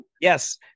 Yes